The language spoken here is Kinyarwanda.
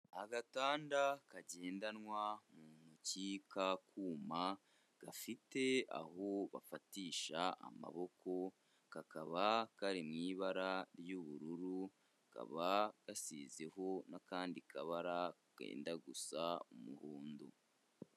Agatanda kagendanwa mu ntoki k'akuma gafite aho bafatisha amaboko, kakaba kari mu ibara ry'ubururu, kakaba gasizeho n'akandi kabara kenda gusa umuhundo.